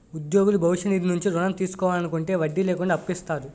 ఉద్యోగులు భవిష్య నిధి నుంచి ఋణం తీసుకోవాలనుకుంటే వడ్డీ లేకుండా అప్పు ఇస్తారు